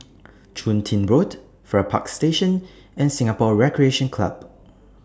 Chun Tin Road Farrer Park Station and Singapore Recreation Club